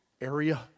area